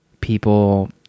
people